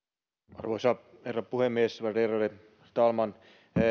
arvoisa herra puhemies värderade talman